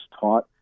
taught